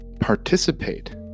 participate